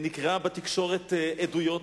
נקראה בתקשורת עדויות,